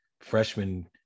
freshman